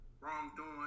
wrongdoing